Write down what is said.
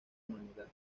humanidad